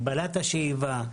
הגבלת השאיבה.